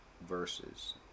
verses